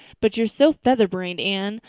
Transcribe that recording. but you're so featherbrained, anne,